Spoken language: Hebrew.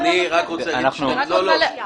אנחנו צריכים